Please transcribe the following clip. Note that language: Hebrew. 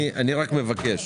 אני מבקש